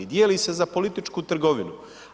Dijeli se za političku trgovinu.